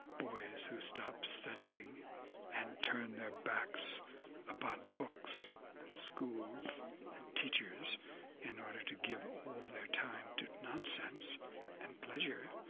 boys who stop studying and turn their backs upon books and schools and teachers in order to give all their time to nonsense and pleasure,